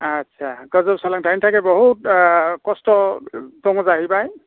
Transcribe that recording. आच्चा गोजौ सोलोंथायनि थाखाय बहुद खस्थ' दङ जाहैबाय